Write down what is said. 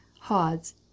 hods